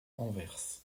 anvers